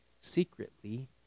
secretly